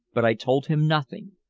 but i told him nothing,